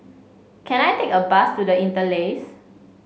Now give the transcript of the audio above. can I take a bus to The Interlace